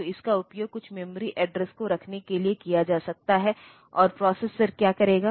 तो इसका उपयोग कुछ मेमोरी एड्रेस को रखने के लिए किया जा सकता है और प्रोसेसर क्या करेगा